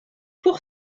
pour